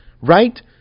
right